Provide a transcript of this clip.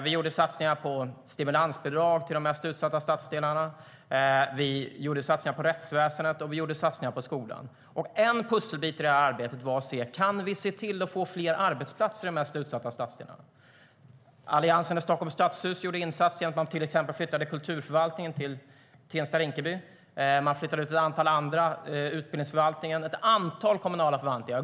Vi gjorde satsningar på stimulansbidrag till de mest utsatta stadsdelarna, vi gjorde satsningar på rättsväsendet och vi gjorde satsningar på skolan. En pusselbit i arbetet var: Kan vi se till att få fler arbetsplatser i de mest utsatta stadsdelarna? Alliansen i Stockholms stadshus gjorde insatser genom att man till exempel flyttade kulturförvaltningen till Tensta-Rinkeby. Man flyttade ut ett antal andra utbildningsförvaltningar och ett antal kommunala förvaltningar.